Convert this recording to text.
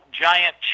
giant